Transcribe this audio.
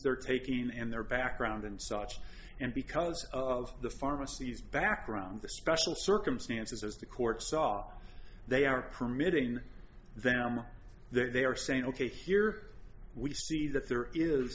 they're taking and their background and such and because of the pharmacies background the special circumstances as the court saw they are permitting them that they are saying ok here we see that there is